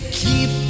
keep